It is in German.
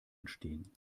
entstehen